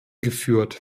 geführt